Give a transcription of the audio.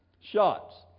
Shots